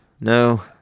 no